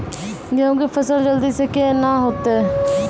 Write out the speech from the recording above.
गेहूँ के फसल जल्दी से के ना होते?